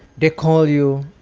they call you,